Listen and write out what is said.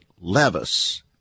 Levis